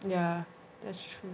yeah that's true